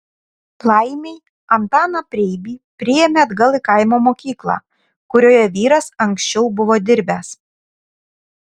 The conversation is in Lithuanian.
laimei antaną preibį priėmė atgal į kaimo mokyklą kurioje vyras anksčiau buvo dirbęs